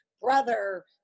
brother